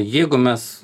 jeigu mes